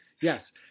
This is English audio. Yes